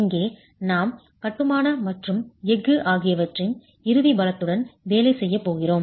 இங்கே நாம் கட்டுமான மற்றும் எஃகு ஆகியவற்றின் இறுதி பலத்துடன் வேலை செய்யப் போகிறோம்